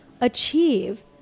achieve